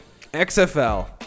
XFL